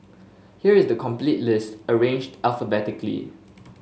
here is the complete list arranged alphabetically